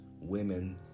women